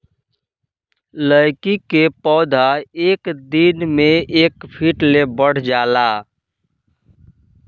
लैकी के पौधा एक दिन मे एक फिट ले बढ़ जाला